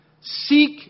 Seek